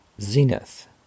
Zenith